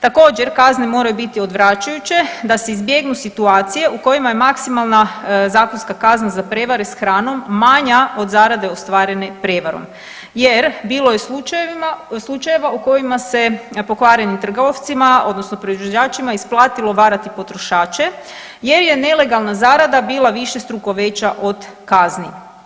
Također, kazne moraju biti odvraćajuće, da se izbjegnu situacije u kojima je maksimalna zakonska kazna za prevare s hranom manja od zarade ostvarene prevarom jer bilo je slučajeva u kojima se pokvarenim trgovcima odnosno proizvođačima isplatilo varati potrošače jer je nelegalna zarada bila višestruko veća od kazni.